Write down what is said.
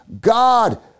God